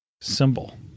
symbol